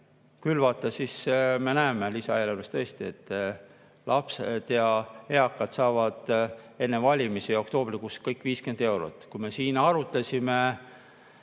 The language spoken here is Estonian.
külvata, aga me näeme lisaeelarvest tõesti, et lapsed ja eakad saavad enne valimisi ja oktoobrikuus kõik 50 eurot. Kui me siin arutasime